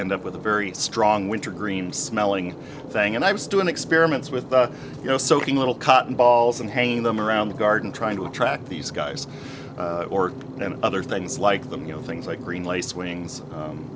end up with a very strong wintergreen smelling thing and i was doing experiments with you know soaking little cotton balls and hanging them around the garden trying to attract these guys or and other things like them you know things like green lace wings